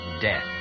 death